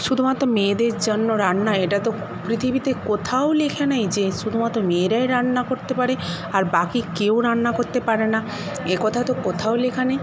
শুধুমাত্র মেয়েদের জন্য রান্না এটা তো পৃথিবীতে কোথাও লেখা নেই যে শুধুমাত্র মেয়েরাই রান্না করতে পারে আর বাকি কেউ রান্না করতে পারে না একথা তো কোথাও লেখা নেই